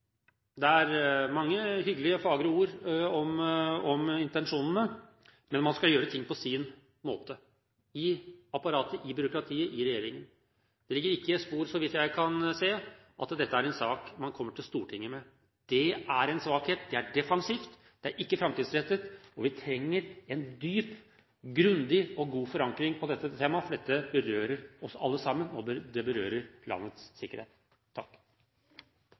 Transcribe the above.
Det er mange hyggelige og fagre ord om intensjonene, men man skal gjøre ting på sin måte i apparatet, i byråkratiet og i regjeringen. Det ligger ikke noen spor her, så vidt jeg kan se, om at dette er en sak man kommer til Stortinget med. Det er en svakhet, det er defensivt, det er ikke framtidsrettet, og vi trenger en dyp, grundig og god forankring på dette temaet, for dette berører oss alle sammen, og det berører landets sikkerhet.